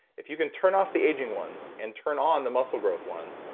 if you can turn off the aging ones and turn on the muscle growth ones,